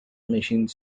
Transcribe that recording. machine